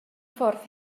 ffordd